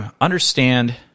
understand